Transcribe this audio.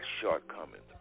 shortcomings